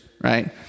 right